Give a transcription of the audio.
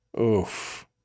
Oof